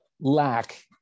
lack